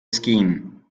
scheme